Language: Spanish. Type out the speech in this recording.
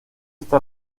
está